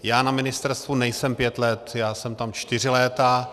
Já na ministerstvu nejsem pět let, jsem tam čtyři léta.